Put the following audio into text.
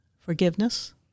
forgiveness